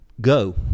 go